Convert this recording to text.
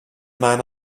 man